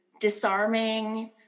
disarming